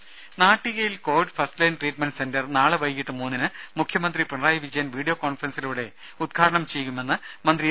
രുര നാാട്ടികയിൽ Covid first line treatment centre നാളെ വൈകീട്ട് മൂന്നിന് മുഖ്യമന്ത്രി പിണറായി വിജയൻ വീഡിയോ കോൺഫറൻസിലൂടെ ഉദ്ഘാടനം ചെയ്യുമെന്ന് മന്ത്രി എ